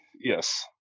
Yes